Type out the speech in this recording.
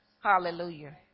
Hallelujah